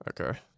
Okay